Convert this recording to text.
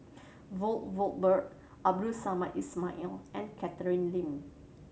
Valberg Abdul Samad Ismail and Catherine Lim